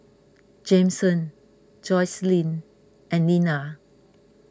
Jameson Joycelyn and Linna